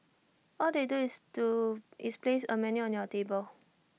all they do is place A menu on your table